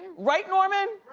right, norman?